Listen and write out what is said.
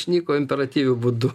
imperatyviu būdu